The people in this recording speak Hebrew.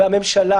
והממשלה,